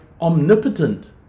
omnipotent